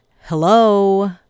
Hello